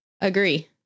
Agree